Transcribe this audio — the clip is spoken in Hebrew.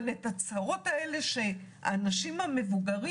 אבל את הצרות האלה שהאנשים המבוגרים